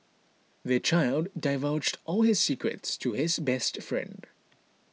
the child divulged all his secrets to his best friend